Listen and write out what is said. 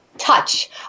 Touch